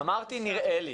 אמרתי נראה לי.